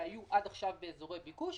שהיו עד עכשיו באזורי ביקוש,